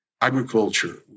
agriculture